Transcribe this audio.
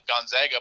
Gonzaga